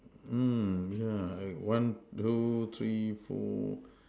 mm yeah I one two three four